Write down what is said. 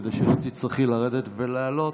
כדי שלא תצטרכי לרדת ולעלות,